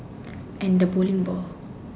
and the bowling ball